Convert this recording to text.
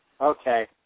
Okay